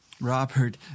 Robert